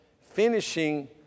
finishing